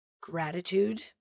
gratitude